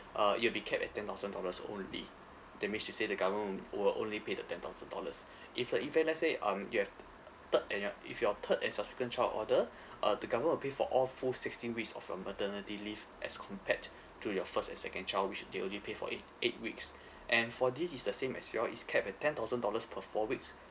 uh it'll be kept at ten thousand dollars only that means to say the government will only pay the ten thousand dollars if the event let's say um you have t~ third and your if your third and subsequent child order uh the government will pay for all full sixteen weeks of your maternity leave as compared to your first and second child which they only pay for eight eight weeks and for this it's the same as well it's kept at ten thousand dollars per four weeks